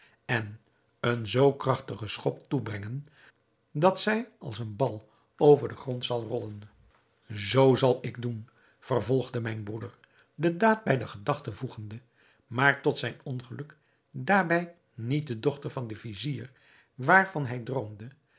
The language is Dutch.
en een zoo krachtigen schop toebrengen dat zij als een bal over den grond zal rollen zoo zal ik doen vervolgde mijn broeder de daad bij de gedachten voegende maar tot zijn ongeluk daarbij niet de dochter van den vizier waarvan hij droomde